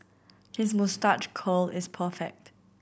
his moustache curl is perfect